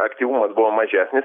aktyvumas buvo mažesnis